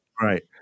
Right